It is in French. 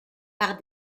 par